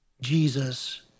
Jesus